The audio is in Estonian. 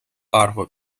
arvo